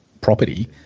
property